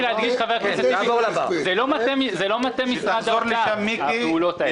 זה לא מטה משרד האוצר, הפעולות האלה.